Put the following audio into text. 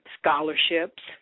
scholarships